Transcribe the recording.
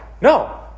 No